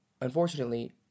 unfortunately